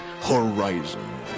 horizon